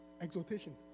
exaltation